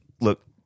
look